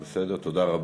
כן.